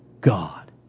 God